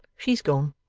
she's gone